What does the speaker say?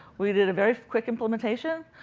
we did a very quick implementation.